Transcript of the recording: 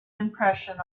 impression